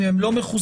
אם הם לא מחוסנים,